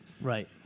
Right